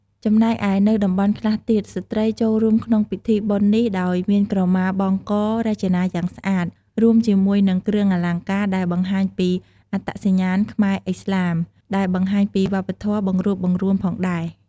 ចំណែកឯនៅតំបន់ខ្លះទៀត ស្ត្រីចូលរួមក្នុងពិធីបុណ្យនេះដោយ មានក្រម៉ាបង់ករចនាយ៉ាងស្អាត រួមជាមួយនឹងគ្រឿងអលង្ការដែលបង្ហាញពីអត្តសញ្ញាណខ្មែរឥស្លាម ដែលបង្ហាញពីវប្បធម៌បង្រួបបង្រួមផងដែរ។។